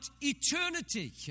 eternity